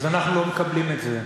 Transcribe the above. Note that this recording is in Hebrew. אז אנחנו לא מקבלים את זה.